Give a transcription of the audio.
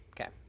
Okay